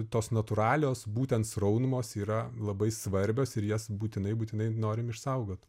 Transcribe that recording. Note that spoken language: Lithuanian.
tos natūralios būtent sraunumos yra labai svarbios ir jas būtinai būtinai norim išsaugot